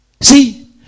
See